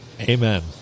Amen